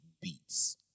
beats